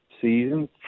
season